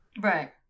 Right